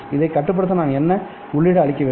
இதைக் கட்டுப்படுத்த நான் என்ன உள்ளீடு அளிக்க வேண்டும்